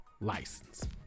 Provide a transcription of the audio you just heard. license